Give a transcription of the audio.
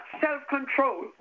self-control